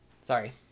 Sorry